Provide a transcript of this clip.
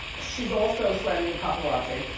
she's also slamming the paparazzi,